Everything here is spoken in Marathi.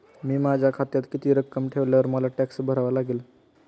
मी माझ्या खात्यात किती रक्कम ठेवल्यावर मला टॅक्स भरावा लागेल?